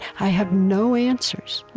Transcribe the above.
i have no answers,